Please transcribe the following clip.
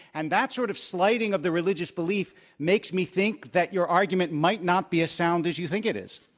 and that sort of slighting of the religious belief makes me think that your argument might not be as sound as you think it is.